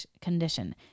condition